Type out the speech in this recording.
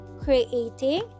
creating